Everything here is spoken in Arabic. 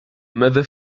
ماذا